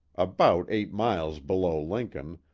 about eight miles below lincoln,